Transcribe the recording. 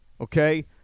okay